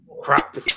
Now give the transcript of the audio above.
crap